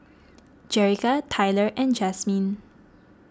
Jerica Tyler and Jasmyne